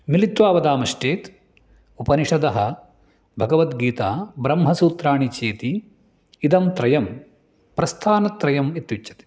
मिलित्वा वदामश्चेत् उपनिषदः भगवद्गीता ब्रह्मसूत्राणि चेति इदं त्रयं प्रस्थानत्रयम् इत्युच्यते